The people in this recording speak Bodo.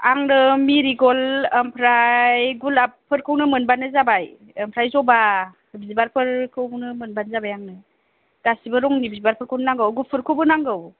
आंनो मेरिग'ल्ड ओमफ्राय गलापफोरखौनो मोनबानो जाबाय ओमफ्राय जबा बिबारफोरखौनो मोनबानो जाबाय आंनो गासैबो रंनि बिबारफोरखौनो नांगौ गुफुरखौबो नांगौ